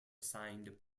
assigned